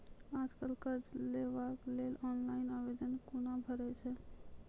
आज कल कर्ज लेवाक लेल ऑनलाइन आवेदन कूना भरै छै?